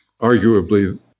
arguably